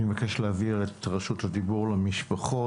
אני מבקש להעביר את רשות הדיבור למשפחות.